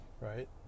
right